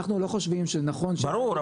אנחנו לא חושבים שנכון ש -- ברור,